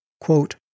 quote